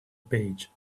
page